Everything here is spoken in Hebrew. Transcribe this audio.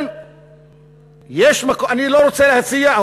אני לא רוצה להציע,